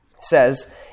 Says